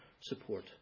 support